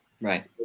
Right